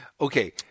Okay